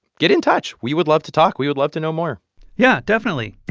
get in touch. we would love to talk. we would love to know more yeah, definitely